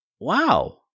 Wow